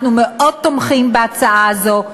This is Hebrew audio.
אנחנו מאוד תומכים בהצעה הזו.